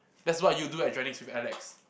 that's what you do at joining with Alex